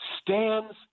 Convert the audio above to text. stands